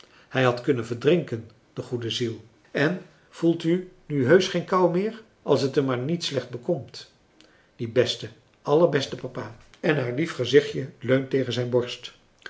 hij had kunnen verdrinken de goede ziel en voelt u nu heusch geen kou meer als het hem maar niet slecht bekomt die beste allerbeste papa en haar lief gezichtje leunt tegen zijn borst